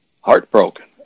heartbroken